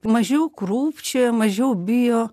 mažiau krūpčioja mažiau bijo